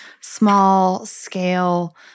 small-scale